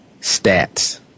stats